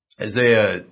Isaiah